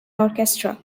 orchestra